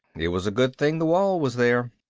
it was a good thing the wall was there.